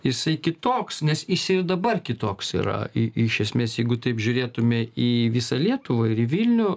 jisai kitoks nes jis ir dabar kitoks yra i iš esmės jeigu taip žiūrėtume į visą lietuvą ir į vilnių